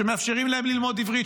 שמאפשרים להם ללמוד עברית,